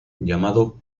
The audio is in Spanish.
llamado